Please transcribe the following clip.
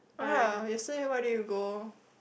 !ah! yesterday where did you go